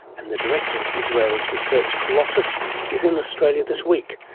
and the director of israel's research colossus is in australia this week.